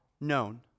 known